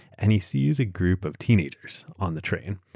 and he sees a group of teenagers on the train.